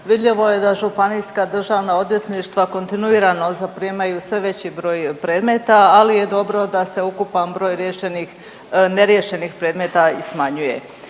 vidljivo je da županijska državna odvjetništva kontinuirano zaprimaju sve veći broj predmeta, ali je dobro da se ukupan broj riješenih, neriješenih predmeta i smanjuje.